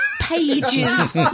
pages